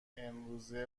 امروزه